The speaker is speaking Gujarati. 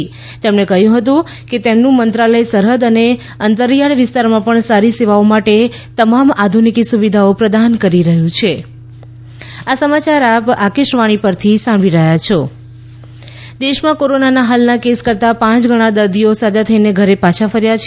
શ્રી કિશન રેક્રીએ કહ્યું કે તેમનું મંત્રાલય સરહદ અને અંતરિયાળ વિસ્તારમાં પણ સારી સેવાઓ માટે તમામ આધુનિકી સુવિધાઓ પ્રદાન કરી રહ્યું હાં કોવિડ રાષ્ટ્રીય દેશમાં કોરોનાના હાલના કેસ કરતાં પાંચ ગણા દર્દીઓ સાજા થઈને ઘરે પાછા ફર્યા છે